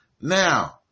Now